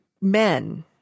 men